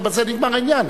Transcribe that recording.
ובזה נגמר העניין.